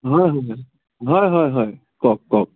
হয় হয় হয় হয় হয় হয় কওক কওক